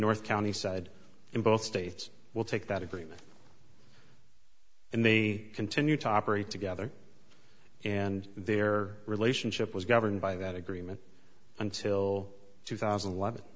north county said in both states will take that agreement and they continue to operate together and their relationship was governed by that agreement until two thousand